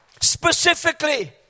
specifically